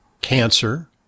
cancer